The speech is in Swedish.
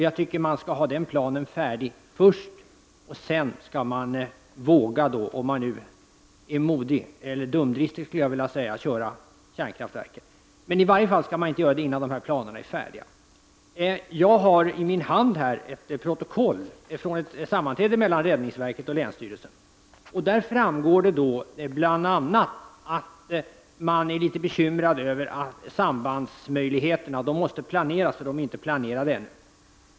Jag tycker att man skall ha den planen färdig först och sedan skall man våga - om man är modig, eller dumdristig, skulle jag vilja säga — att starta kärnkraftverken. Men i varje fall skall man inte göra detta innan dessa planer är färdiga. Jag har här i min hand ett protokoll från ett sammanträde mellan räddningsverket och länsstyrelsen. Där framgår det bl.a. att man är litet bekymrad över att sambandsmöjligheterna måste planeras, för de är ännu inte planerade.